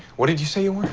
what did you say you were?